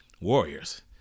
Warriors